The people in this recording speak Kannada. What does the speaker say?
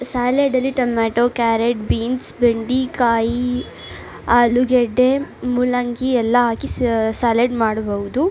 ಸ್ಯಾಲೆಡ್ಡಲ್ಲಿ ಟೊಮ್ಯಾಟೋ ಕ್ಯಾರೆಟ್ ಬೀನ್ಸ್ ಬೆಂಡೆಕಾಯಿ ಆಲೂಗಡ್ಡೆ ಮೂಲಂಗಿ ಎಲ್ಲ ಹಾಕಿ ಸ್ಯಾಲೆಡ್ ಮಾಡ್ಬೌದು